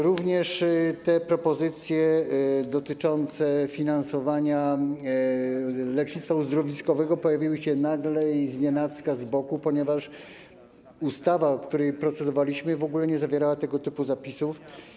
Również propozycje dotyczące finansowania lecznictwa uzdrowiskowego pojawiły się nagle i znienacka, ponieważ ustawa, nad którą procedowaliśmy, w ogóle nie zawierała tego typu zapisów.